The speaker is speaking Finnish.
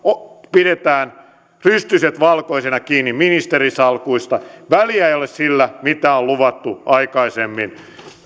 pidetään rystyset valkoisena kiinni ministerin salkuista väliä ei ole sillä mitä on luvattu aikaisemmin